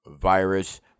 virus